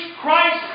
Christ